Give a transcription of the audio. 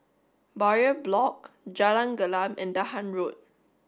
Bowyer Block Jalan Gelam and Dahan Road